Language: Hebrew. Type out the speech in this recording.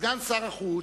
סגן שר החוץ,